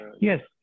Yes